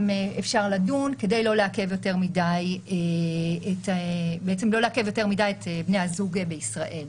אפשר לדון כדי לא לעכב יותר מדי את בני הזוג בישראל.